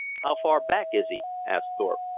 how far back is he? asked thorpe.